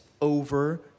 over